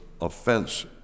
offense